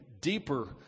deeper